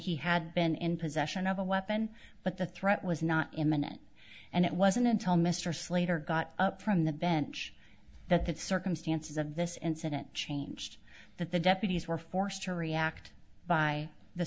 he had been in possession of a weapon but the threat was not imminent and it wasn't until mr slater got up from the bench that that circumstances of this incident changed that the deputies were forced to react by the